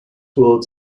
worlds